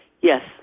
Yes